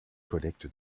collecte